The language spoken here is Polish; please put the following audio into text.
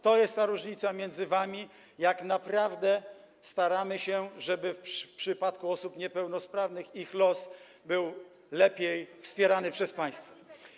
To jest ta różnica między nami, bo naprawdę staramy się, żeby w przypadku osób niepełnosprawnych ich los był lepiej wspierany przez państwo.